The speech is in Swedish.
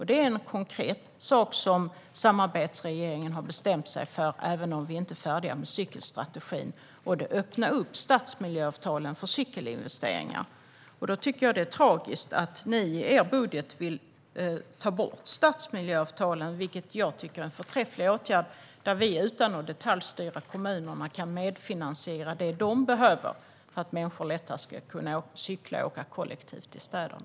Det är en konkret sak som samarbetsregeringen har bestämt sig för, även om vi inte är färdiga med cykelstrategin. Det öppnar upp stadsmiljöavtalen för cykelinvesteringar. Då är det tragiskt att ni i er budget vill ta bort stadsmiljöavtalen. Jag tycker att stadsmiljöavtalen är en förträfflig åtgärd, där vi utan att detaljstyra kommunerna kan medfinansiera det de behöver för att människor lättare ska kunna cykla och åka kollektivt i städerna.